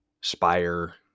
spire